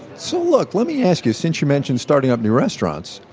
so look let me ask you since you mentioned starting up new restaurants,